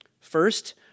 First